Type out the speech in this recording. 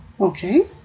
Okay